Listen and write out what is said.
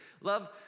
Love